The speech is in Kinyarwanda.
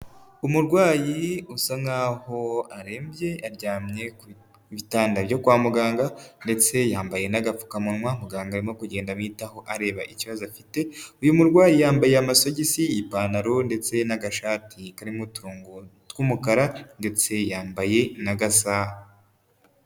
Umurwayi usa nkaho arembye, aryamye ku bitanda byo kwa muganga ndetse yambaye n'agapfukamunwa, muganga arimo kugenda abitaho, areba ikibazo afite, uyu murwayi yambaye amasogisi, ipantaro ndetse n'agashati karimo uturongo tw'umukara ndetse yambaye n'agasaha.